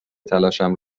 تلاشم